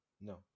no